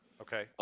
Okay